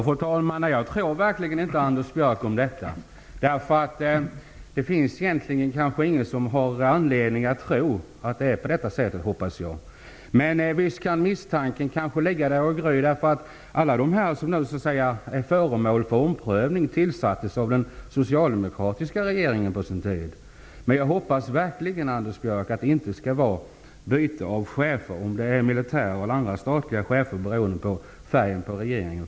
Fru talman! Jag tror verkligen inte Anders Björck om detta. Det finns väl ingen som har anledning att tro att det är på det här sättet -- hoppas jag. Men visst kan misstanken ligga där och gry, därför att alla de som är föremål för omprövning tillsattes av den socialdemokratiska regeringen på sin tid. Men jag hoppas verkligen, Anders Björck, att byte av chefer -- militära eller andra statliga chefer -- inte beror på färgen på regeringen.